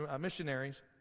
missionaries